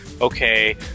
okay